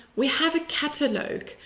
we have a catalogue.